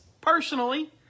personally